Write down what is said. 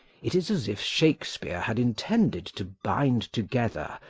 it is as if shakespeare had intended to bind together,